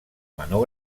menor